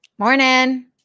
Morning